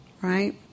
right